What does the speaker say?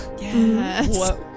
Yes